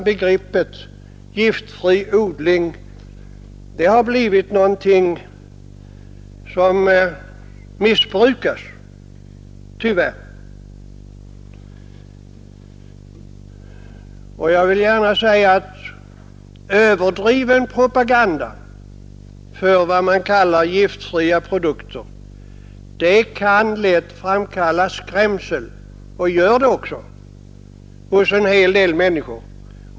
Begreppet giftfri odling har därför tyvärr blivit missbrukat. Överdriven propaganda för vad man kallar giftfria produkter kan dessutom lätt framkalla skrämsel, och gör det också hos en hel del människor.